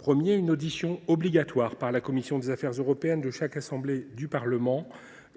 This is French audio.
article 1, une audition obligatoire par la commission des affaires européennes de chaque assemblée du Parlement,